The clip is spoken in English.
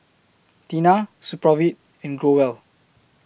Tena Supravit and Growell